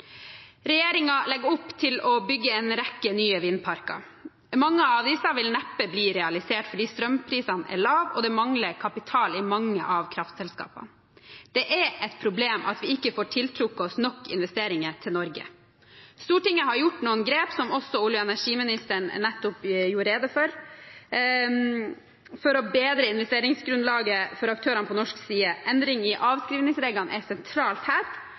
legger opp til å bygge en rekke nye vindparker. Mange av disse vil neppe bli realisert, fordi strømprisene er lave, og det mangler kapital i mange av kraftselskapene. Det er et problem at vi ikke får tiltrukket oss nok investeringer til Norge. Stortinget har gjort noen grep, som også olje- og energiministeren nettopp gjorde rede for, for å bedre investeringsgrunnlaget for aktørene på norsk side. Endringene i avskrivningsreglene er sentrale her,